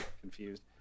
confused